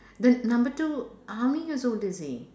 the number two how many years old is he